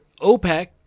OPEC